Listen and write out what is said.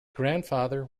grandfather